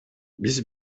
биз